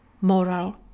moral